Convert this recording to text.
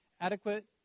Adequate